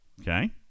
Okay